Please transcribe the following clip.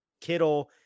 Kittle